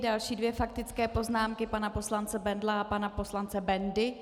Další dvě faktické poznámky pana poslance Bendla a pana poslance Bendy.